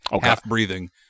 half-breathing